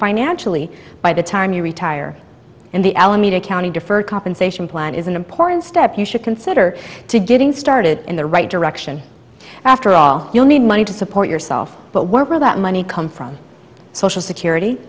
financially by the time you retire and the alameda county deferred compensation plan is an important step you should consider to getting started in the right direction after all you need money to support yourself but whatever that money come from social security